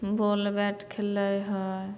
ball bat खेलै हइ